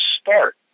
start